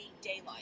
daylight